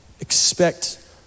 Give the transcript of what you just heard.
Expect